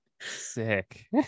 sick